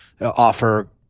offer